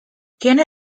tiene